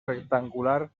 rectangular